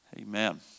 Amen